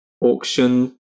auction